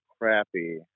crappy